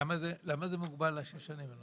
למה זה מוגבל לשש שנים?